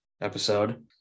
episode